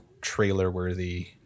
trailer-worthy